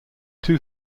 two